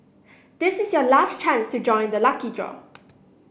this is your last chance to join the lucky draw